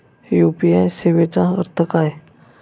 UPI सेवेचा अर्थ काय?